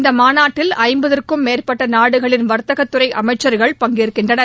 இந்த மாநாட்டில் ஐம்பதுக்கும் மேற்பட்ட நாடுகளின் வர்த்தக துறை அமைச்சர்கள் பங்கேற்கின்றனர்